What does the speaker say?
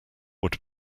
would